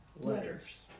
letters